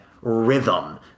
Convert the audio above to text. Rhythm